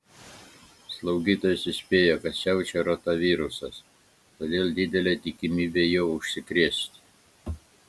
slaugytojos įspėjo kad siaučia rotavirusas todėl didelė tikimybė juo užsikrėsti